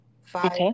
Five